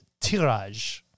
tirage